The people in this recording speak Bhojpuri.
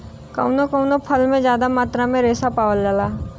कउनो कउनो फल में जादा मात्रा में रेसा पावल जाला